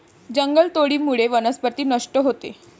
जंगलतोडीमुळे वनस्पती नष्ट होते